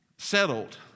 Settled